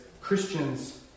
Christians